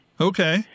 Okay